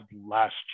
last